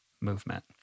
movement